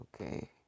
Okay